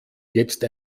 jetzt